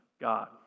God